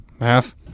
Math